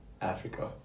Africa